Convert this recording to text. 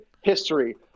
history